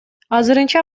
азырынча